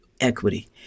equity